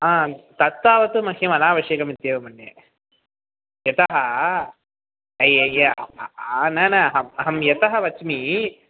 आं तत् तावत् मह्यम् अनावश्यकमित्येव मन्ये यतः अय्यय आ आ न न अहं यतः वच्मि